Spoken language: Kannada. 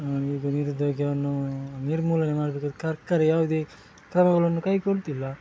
ನಾವೀಗ ನಿರುದ್ಯೋಗ್ಯವನ್ನು ನಿರ್ಮೂಲನೆ ಮಾಡ್ಬೇಕಾದರೆ ಕರ್ಕರೆ ಯಾವುದೇ ಕ್ರಮಗಳನ್ನು ಕೈಗೊಳ್ತಿಲ್ಲ